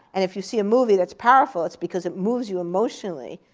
and if you see a movie that's powerful, it's because it moves you emotionally,